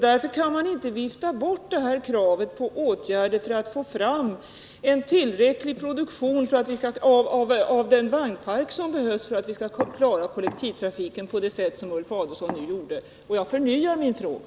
Därför kan man inte vifta bort kravet på gärder för att få fram en tillräcklig produktion för att vi skall kunna få den vagnpark som behövs för att klara kollektivtrafiken på det sätt som Ulf Adelsohn nu sade. Jag förnyar min fråga.